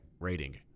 rating